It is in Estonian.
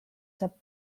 saab